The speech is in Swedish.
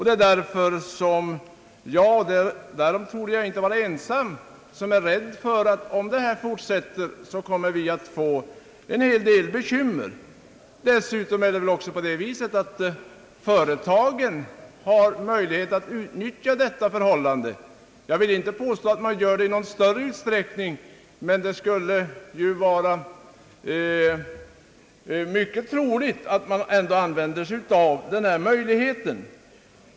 Det är därför som jag — och därvidlag torde jag inte vara ensam — är rädd för att vi kommer att få bekymmer om detta fortsätter. Vidare har väl företagen möjlighet att utnyttja detta förhållande. Jag vill inte påstå att man gör det i någon större utsträckning, men det är mycket troligt att man använder denna möjlighet.